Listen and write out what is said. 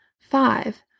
five